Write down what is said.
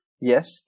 yes